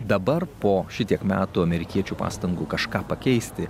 dabar po šitiek metų amerikiečių pastangų kažką pakeisti